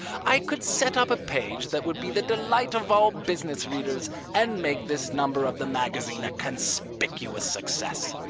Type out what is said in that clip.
i could set up a page that would be the delight of all business readers and make this number of the magazine a conspicuous success.